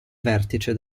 vertice